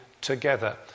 together